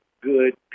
Good